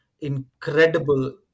Incredible